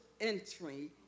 entry